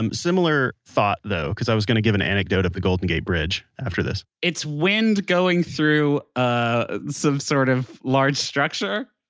um similar thought, though. because i was going to give an anecdote of the golden gate bridge after this it's wind going through ah some sort of large structure?